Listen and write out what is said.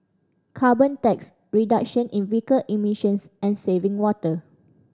carbon tax reduction in vehicle emissions and saving water